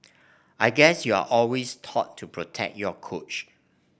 I guess you're always taught to protect your coach